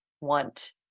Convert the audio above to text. want